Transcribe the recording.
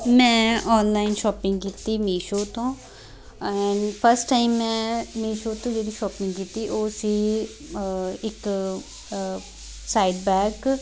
ਮੈਂ online shopping ਕੀਤੀ ਮੀਸ਼ੋ ਤੋਂ ਫਸਟ ਟਾਈਮ ਮੈਂ ਮੀਸ਼ੋ ਤੋਂ ਜਿਹੜੀ ਸ਼ੋਪਿੰਗ ਕੀਤੀ ਉਹ ਸੀ ਇੱਕ ਸਾਈਡ ਬੈਗ